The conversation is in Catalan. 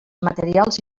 materials